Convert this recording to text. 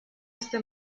este